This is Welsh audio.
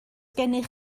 gennych